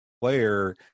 player